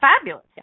fabulous